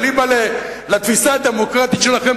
אליבא דתפיסה הדמוקרטית שלכם,